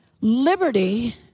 liberty